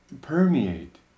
permeate